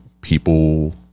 people